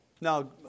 Now